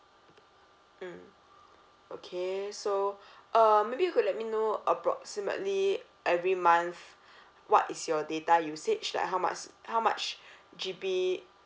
mm okay so uh maybe you could let me know approximately every month what is your data usage like how much how much G_B